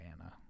Anna